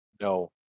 No